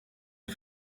est